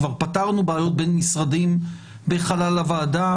כבר פתרנו בעיות בין משרדים בחלל הוועדה.